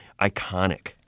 iconic